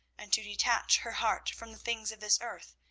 and to detach her heart from the things of this earth,